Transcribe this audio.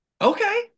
Okay